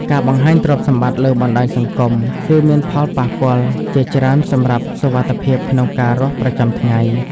ការបង្ហាញទ្រព្យសម្បត្តិលើបណ្តាញសង្គមគឺមានផលប៉ះជាច្រើនសម្រាប់សុខវត្ថិភាពក្នុងការរស់ប្រចាំថ្ងៃ។